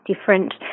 different